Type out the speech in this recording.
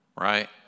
Right